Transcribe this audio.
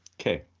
okay